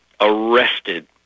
arrested